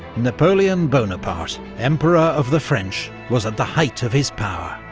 napoleon bonaparte, emperor of the french, was at the height of his power.